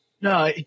no